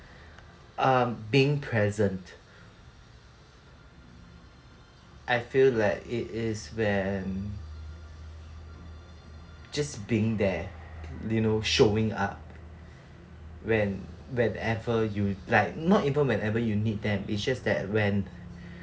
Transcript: um being present I feel that it is when just being there you know showing up when whenever you like not even whenever you need them it's just that when